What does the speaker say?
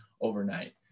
overnight